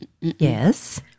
Yes